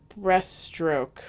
breaststroke